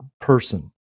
person